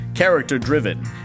character-driven